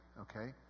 okay